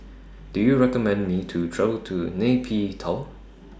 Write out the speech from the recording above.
Do YOU recommend Me to travel to Nay Pyi Taw